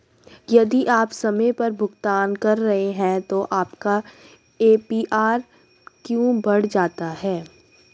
यदि आप समय पर भुगतान कर रहे हैं तो आपका ए.पी.आर क्यों बढ़ जाता है?